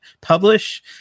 publish